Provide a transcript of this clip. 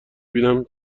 بینم